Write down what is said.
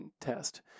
test